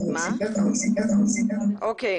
אוקיי.